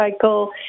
cycle